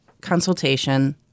consultation